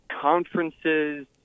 conferences